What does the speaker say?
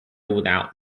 without